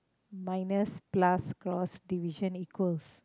minus plus cross division equals